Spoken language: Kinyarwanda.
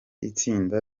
itsinda